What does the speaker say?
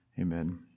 Amen